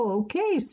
okay